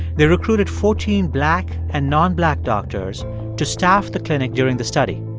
they recruited fourteen black and nonblack doctors to staff the clinic during the study.